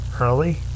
early